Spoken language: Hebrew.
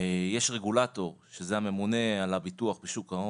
יש רגולטור, שזה הממונה על הביטוח בשוק ההון.